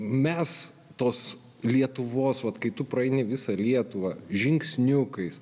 mes tos lietuvos vat kai tu praeini visą lietuvą žingsniukais